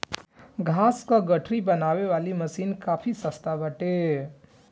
घास कअ गठरी बनावे वाली मशीन काफी सस्ता बाटे